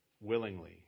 Willingly